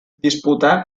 disputà